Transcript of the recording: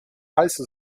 heiße